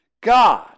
God